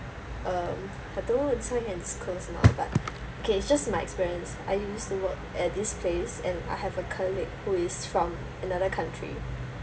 um I don't know this one can disclose or not but okay it's just my experience I used to work at this place and I have a colleague who is from another country